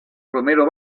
romero